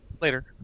Later